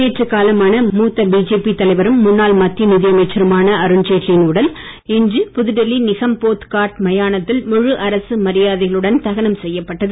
நேற்று காலமான மூத்த பிஜேபி தலைவரும் முன்னாள் மத்திய நிதியமைச்சருமான அருண்ஜெட்லியின் உடல் இன்று புதுடெல்லி நிகம்போத் காட் மயானத்தில் முழு அரசு மரியாதைகளுடன் தகனம் செய்யப்பட்டது